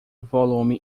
volume